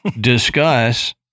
discuss